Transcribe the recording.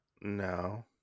No